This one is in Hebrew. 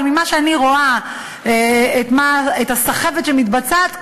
אבל ממה שאני רואה את הסחבת שמתבצעת,